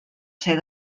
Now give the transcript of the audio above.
ser